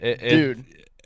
Dude